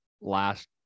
last